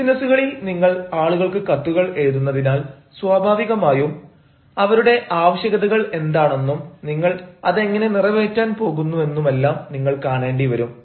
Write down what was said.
ബിസിനസുകളിൽ നിങ്ങൾ ആളുകൾക്ക് കത്തുകൾ എഴുതുന്നതിനാൽ സ്വാഭാവികമായും അവരുടെ ആവശ്യകതകൾ എന്താണെന്നും നിങ്ങൾ അതെങ്ങനെ നിറവേറ്റാൻ പോകുന്നുവെന്നുമെല്ലാം നിങ്ങൾ കാണേണ്ടി വരും